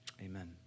amen